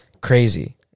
crazy